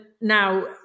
now